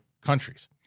countries